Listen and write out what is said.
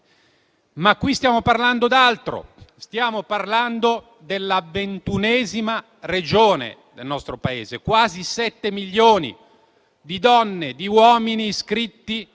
però, stiamo parlando d'altro. Stiamo parlando della ventunesima regione del nostro Paese: quasi sette milioni di donne e di uomini iscritti